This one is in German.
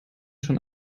schon